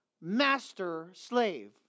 master-slave